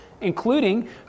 including